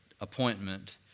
appointment